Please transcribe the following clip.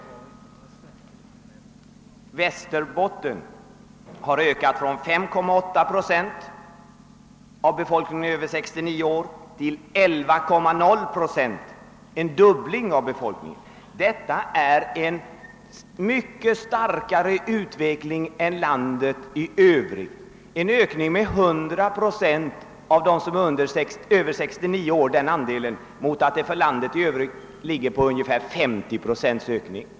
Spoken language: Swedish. I Västerbotten räknar man med en ökning av befolkningen över 69 år från 5,8 till 11 procent, alltså en fördubbling. Denna ökning med 100 procent av dem som är över 69 år motsvaras i landet i övrigt av en ungefär 33 procentig ökning.